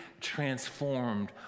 transformed